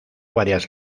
varias